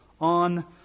on